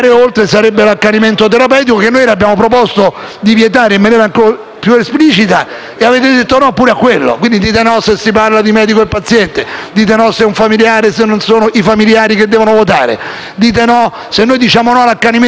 più esplicita, ma avete detto «no» pure a quello. Dite «no» se si parla di medico e paziente, dite no se è un familiare perché devono essere i familiari a decidere. Dite no se noi diciamo no all'accanimento terapeutico perché noi accettiamo anche la morte come esito finale.